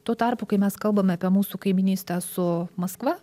tuo tarpu kai mes kalbame apie mūsų kaimynystę su maskva